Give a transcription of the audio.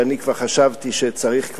כשאני כבר חשבתי שצריך,